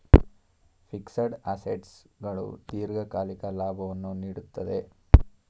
fixed assets ಗಳು ದೀರ್ಘಕಾಲಿಕ ಲಾಭವನ್ನು ನೀಡುತ್ತದೆ